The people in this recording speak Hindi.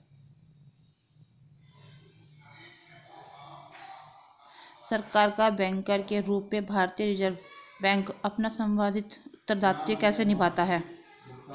सरकार का बैंकर के रूप में भारतीय रिज़र्व बैंक अपना सांविधिक उत्तरदायित्व कैसे निभाता है?